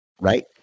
Right